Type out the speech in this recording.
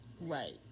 Right